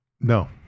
No